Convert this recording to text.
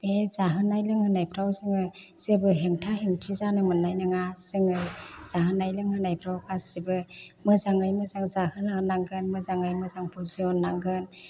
बे जाहोनाय लोंहोनायफ्राव जोङो जेबो हेंथा हेंथि जानो मोन्नाय नङा जोङो जाहोनाय लोंहोनायफ्राव गासिबो मोजाङै मोजां जाहोहरनांगोन मोजाङै मोजां फुजिहरनांगोन